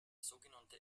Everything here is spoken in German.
sogenannte